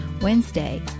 Wednesday